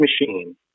machine